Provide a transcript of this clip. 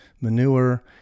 manure